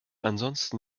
ansonsten